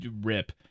rip